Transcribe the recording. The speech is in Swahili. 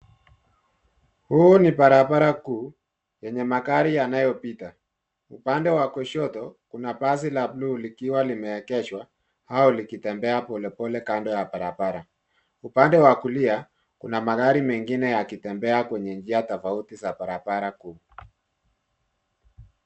Huu ni barabara kuu yenye magari yanayopita. Upande wa kushoto kuna basi la buluu likiwa limeegeshwa au likitembea polepole kando ya barabara. Upande wa kulia kuna magari mengine yakitembea kwenye njia tofauti za barabara kuu.